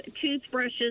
toothbrushes